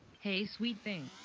hey, sweet thing.